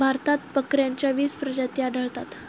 भारतात बकऱ्यांच्या वीस प्रजाती आढळतात